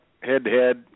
head-to-head